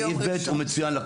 סעיף ב' הוא מצוין לכול.